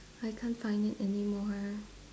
I can't find it anymore